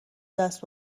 دست